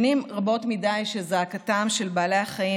שנים רבות מדיי שזעקתם של בעלי החיים